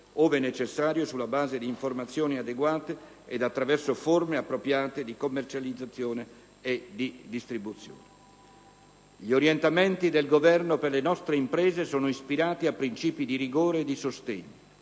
ove necessario, sulla base di informazioni adeguate ed attraverso forme appropriate di commercializzazione e distribuzione. Gli orientamenti del Governo per le nostre imprese sono ispirati a principi di rigore e di sostegno,